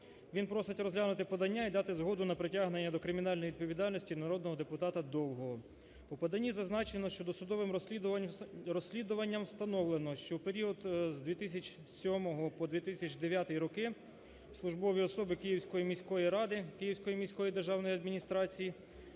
Він просить розглянути подання і дати згоду на притягнення до кримінальної відповідальності народного депутата Довгого. У поданні зазначено, що досудовим розслідуванням встановлено, що в період з 2007 по 2009 роки службові особи Київської міської ради, Київської міської державної адміністрації,